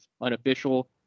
unofficial